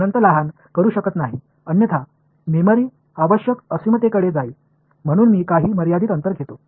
என்னால் அதை சிறிதாக எண்ணற்றதாக மாற்ற முடியாது இல்லையெனில் நினைவக தேவை முடிவற்ற தாகி விடும்